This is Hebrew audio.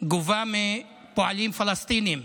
גובה מפועלים פלסטינים,